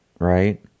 Right